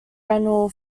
renal